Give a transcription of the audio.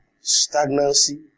Stagnancy